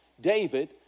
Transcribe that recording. David